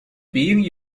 being